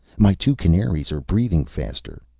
my two canaries are breathing faster.